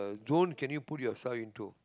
don't can you put yourself into